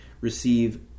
receive